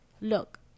Look